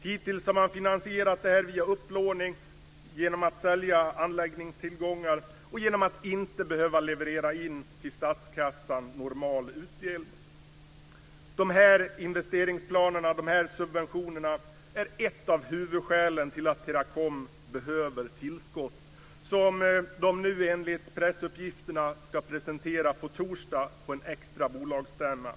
Hittills har man finansierat detta via upplåning genom att sälja anläggningstillgångar och genom att inte behöva leverera in en normal utdelning till statskassan. Investeringsplanerna och subventionerna är ett av huvudskälen till att Teracom behöver tillskott, som de nu enligt pressuppgifterna ska presentera på torsdag på en extra bolagsstämma.